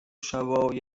شبای